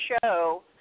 show